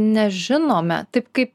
nežinome taip kaip